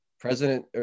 President